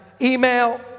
email